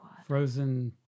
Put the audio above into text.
Frozen